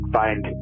find